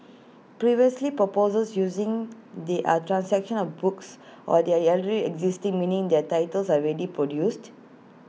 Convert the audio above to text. previously proposals using they are translations of books or they are existing meaning their titles are already produced